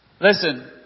Listen